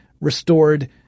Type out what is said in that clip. restored